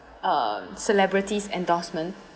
uh celebrities endorsement